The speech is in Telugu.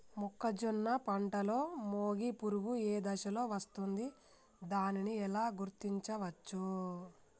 మొక్కజొన్న పంటలో మొగి పురుగు ఏ దశలో వస్తుంది? దానిని ఎలా గుర్తించవచ్చు?